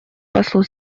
послу